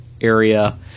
area